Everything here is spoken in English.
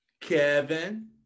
Kevin